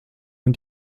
man